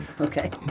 Okay